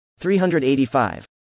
385